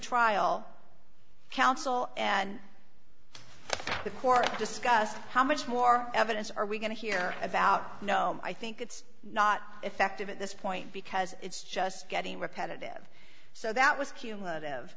trial counsel and the court discussed how much more evidence are we going to hear about gnome i think it's not effective at this point because it's just getting repetitive so that was cumulative